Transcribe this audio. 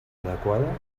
adequada